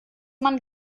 man